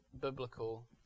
biblical